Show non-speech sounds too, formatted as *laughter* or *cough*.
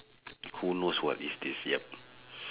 who knows what is this yup *breath*